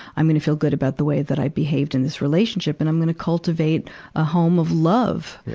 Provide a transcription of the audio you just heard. i'm gonna feel good about the way that i behaved in this relationship. and i'm gonna cultivate a home of love,